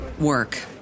work